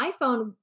iPhone